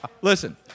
listen